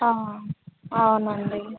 అవునండీ